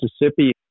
Mississippi